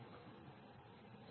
সুতরাং c হল 0